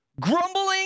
Grumbling